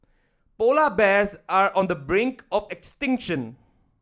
polar bears are on the brink of extinction